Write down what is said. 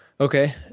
Okay